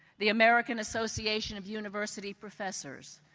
the american association of university professors,